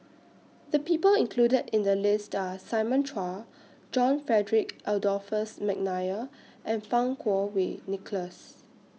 The People included in The list Are Simon Chua John Frederick Adolphus Mcnair and Fang Kuo Wei Nicholas